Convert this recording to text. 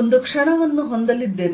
ಒಂದು ಕ್ಷಣವನ್ನು ಹೊಂದಲಿದ್ದೇವೆ